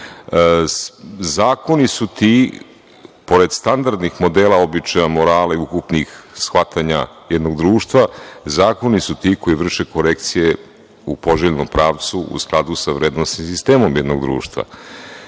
zakoni su ti, pored standardnih modela običaja morala i ukupnih shvatanja jednog društva, zakoni su ti koji vrše korekcije u poželjnom pravcu u skladu sa vrednostima i sistemom jednog društva. Dakle,